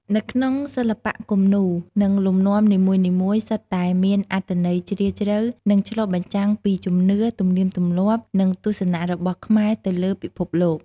នៅក្នុងសិល្បៈគំនូរ និងលំនាំនីមួយៗសុទ្ធតែមានអត្ថន័យជ្រាលជ្រៅ និងឆ្លុះបញ្ចាំងពីជំនឿ ទំនៀមទម្លាប់ និងទស្សនៈរបស់ខ្មែរទៅលើពិភពលោក។